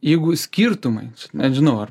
jeigu skirtumais nežinau ar